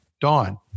Dawn